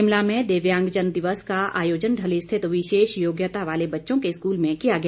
शिमला में दिव्यांगजन दिवस का आयोजन ढली स्थित विशेष योग्यता वाले बच्चों के स्कूल में किया गया